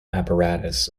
apparatus